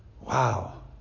Wow